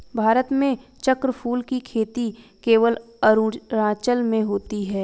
भारत में चक्रफूल की खेती केवल अरुणाचल में होती है